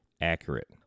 accurate